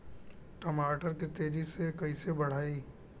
टमाटर के तेजी से कइसे बढ़ाई?